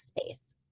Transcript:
space